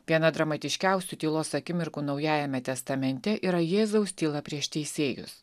viena dramatiškiausių tylos akimirkų naujajame testamente yra jėzaus tyla prieš teisėjus